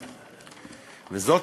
זאת,